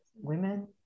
women